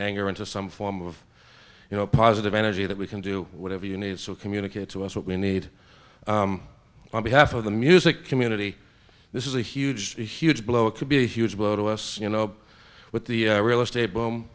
anger into some form of you know positive energy that we can do whatever you need to communicate to us what we need on behalf of the music community this is a huge huge blow it could be a huge blow to us you know with the real estate boom